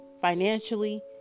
financially